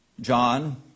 John